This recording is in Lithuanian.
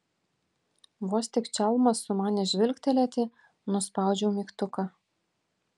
vos tik čalma sumanė žvilgtelėti nuspaudžiau mygtuką